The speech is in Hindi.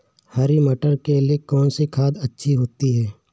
हरी मटर के लिए कौन सी खाद अच्छी होती है?